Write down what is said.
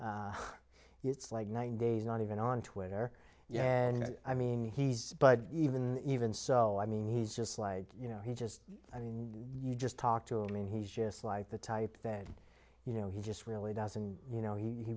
it's like nine days not even on twitter yeah and i mean he's but even even so i mean he's just like you know he just i mean you just talk to him and he's just like the type that you know he just really doesn't you know he